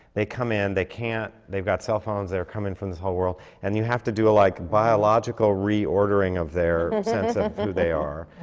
they come in, they can't they've got cell phones, they're coming from this whole world. and you have to do a, like, biological reordering of their sense of who they are.